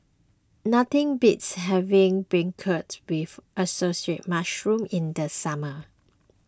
Nothing beats having Beancurd with Assorted Mushrooms in the summer